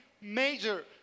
major